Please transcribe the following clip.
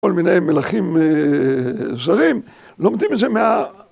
‫כל מיני מלכים אה... זרים, ‫לומדים את זה מה...